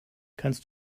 kannst